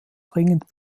dringend